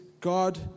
God